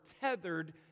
tethered